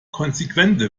konsequente